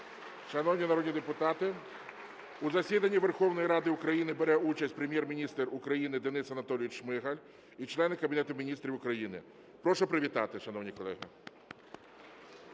Шановні народні депутати, у засіданні Верховної Ради України бере участь Прем'єр-міністр України Денис Анатолійович Шмигаль і члени Кабінету Міністрів України. Прошу привітати, шановні колеги.